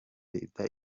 leta